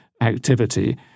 activity